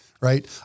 Right